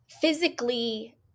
physically